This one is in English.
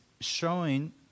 showing